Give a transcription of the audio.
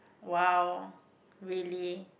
!wow! really